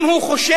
אם הוא חושב